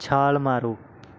ਛਾਲ ਮਾਰੋ